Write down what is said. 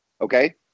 okay